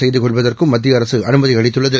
செய்து கொள்வதற்கும் மத்திய அரசு அனுமதி அளித்துள்ளது